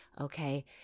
Okay